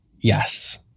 Yes